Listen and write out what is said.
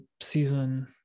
season